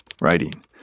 writing